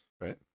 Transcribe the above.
Right